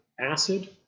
acid